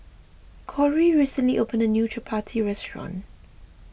Cory recently opened a new Chappati restaurant